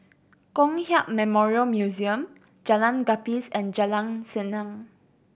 Kong Hiap Memorial Museum Jalan Gapis and Jalan Senang